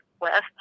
West